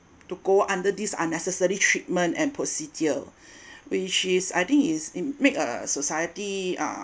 to go under this unnecessary treatment and procedure which is I think is it make a society uh